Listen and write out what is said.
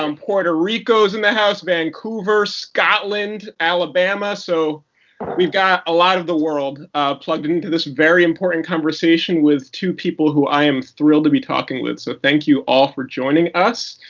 um puerto rico is in the house, vancouver, scotland, alabama. so we've got a lot of the world plugged into this very important conversation with two people who i am thrilled to be talking with. so thank you all for joining us.